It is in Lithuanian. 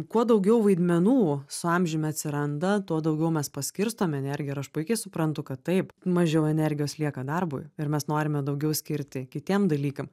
kuo daugiau vaidmenų su amžium atsiranda tuo daugiau mes paskirstom energiją ir aš puikiai suprantu kad taip mažiau energijos lieka darbui ir mes norime daugiau skirti kitiem dalykam